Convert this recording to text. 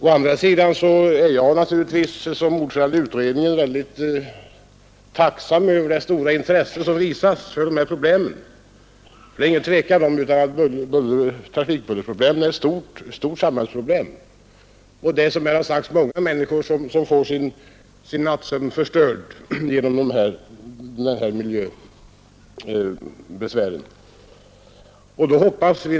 Å andra sidan är jag som ordförande i utredningen tacksam över det stora intresse som visas för dessa problem. Det råder inte någon tvekan om att trafikbullret är ett stort samhällsproblem. Många människor får sin nattsömn förstörd genom trafikbullret.